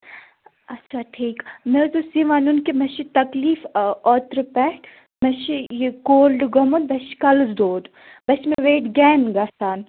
اچھا ٹھیٖک مےٚ حظ اوس یہِ وَنُن کہِ مےٚ چھِ تکلیٖف اوترٕ پٮ۪ٹھ مےٚ چھِ یہِ کولڈ گوٚمُت بیٚیہِ چھِ کَلَس دود بیٚیہِ چھِ مےٚ ویٹ گین گژھان